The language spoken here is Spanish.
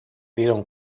dieron